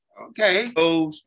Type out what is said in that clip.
Okay